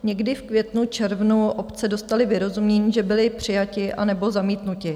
Někdy v květnu, červnu obce dostaly vyrozumění, že byly přijaty nebo zamítnuty.